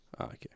Okay